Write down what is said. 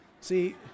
See